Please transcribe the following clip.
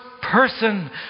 person